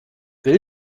will